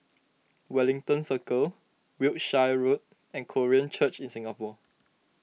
Wellington Circle Wiltshire Road and Korean Church in Singapore